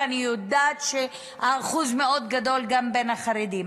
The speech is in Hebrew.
ואני יודעת שאחוז מאוד גדול גם בין החרדים.